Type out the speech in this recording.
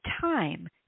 time